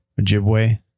Ojibwe